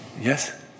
Yes